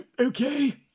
okay